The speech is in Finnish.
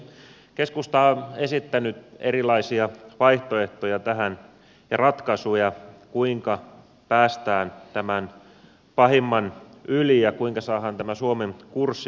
keskusta on esittänyt erilaisia vaihtoehtoja tähän ja ratkaisuja kuinka päästään tämän pahimman yli ja kuinka saadaan tämä suomen kurssi muuttumaan